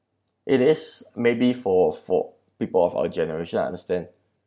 it is maybe for for people of our generation I understand